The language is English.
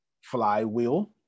Flywheel